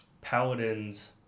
Paladins